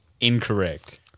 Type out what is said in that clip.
Incorrect